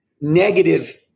negative